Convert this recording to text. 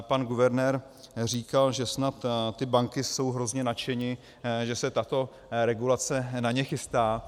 Pan guvernér říkal, že snad ty banky jsou hrozně nadšeny, že se tato regulace na ně chystá.